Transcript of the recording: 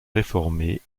réformée